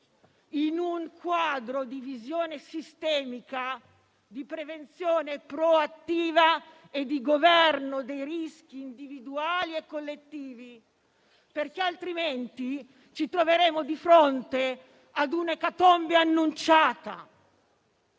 in un quadro di visione sistemica, di prevenzione proattiva e di governo dei rischi individuali e collettivi, perché altrimenti ci troveremo di fronte ad un'ecatombe annunciata,